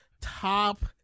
top